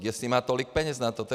Jestli má tolik peněz na to.